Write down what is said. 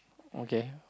okay